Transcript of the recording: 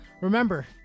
Remember